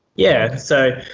yeah, so,